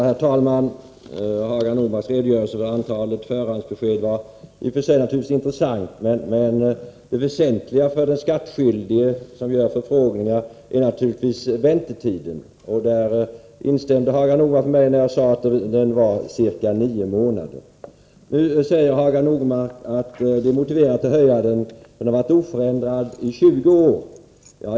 Herr talman! Hagar Normarks redogörelse för antalet förhandsbesked var naturligtvis i och för sig intressant, men det väsentliga för den skattskyldige som gör förfrågningar är naturligtvis väntetiden, och där instämde Hagar Normark med mig när jag sade att den var ca nio månader. Nu säger Hagar Normark att det är motiverat att höja avgiften, eftersom den varit oförändrad i 20 år.